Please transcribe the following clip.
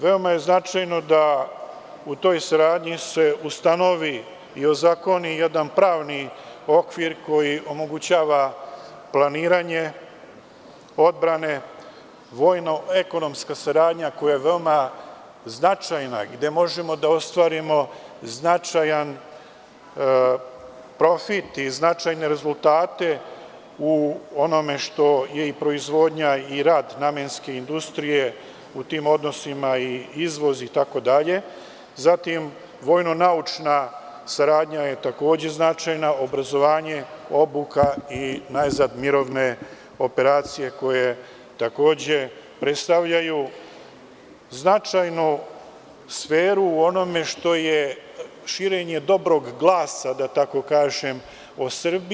Veoma je značajno da u toj saradnji se ustanovi i ozakoni jedan pravni okvir koji omogućava planiranje odbrane, vojno-ekonomska saradnja koja je veoma značajna, gde možemo da ostvarimo značajan profit i značajne rezultate u onome što je i proizvodnja i rad namenske industrije u tim odnosima i izvoz itd, zatim, vojno-naučna saradnja je takođe značajna, obrazovanje, obuka i najzad mirovne operacije koje takođe predstavljaju značajnu sferu u onome što je širenje dobrog glasa, da tako kažem, o Srbiji.